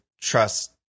trust